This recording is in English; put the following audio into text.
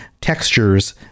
textures